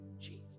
Jesus